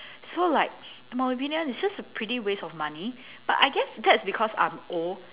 so like it's just a pretty waste of money but I guess that's because I'm old